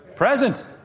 Present